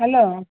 hello